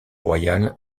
royale